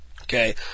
Okay